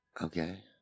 Okay